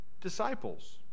disciples